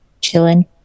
chilling